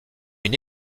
une